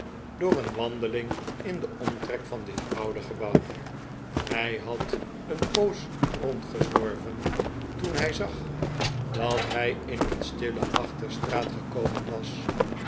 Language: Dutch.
door een wandeling in den omtrek van dit oude gebouw hij had een poos rondgezworven toen hij zag dat hij in een stille achterstraat gekomen was